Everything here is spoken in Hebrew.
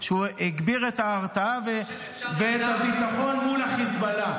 שהוא הגביר את ההרתעה ואת הביטחון מול החיזבאללה.